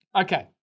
Okay